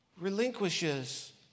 relinquishes